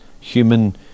human